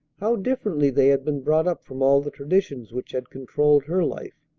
how differently they had been brought up from all the traditions which had controlled her life!